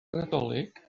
nadolig